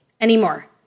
anymore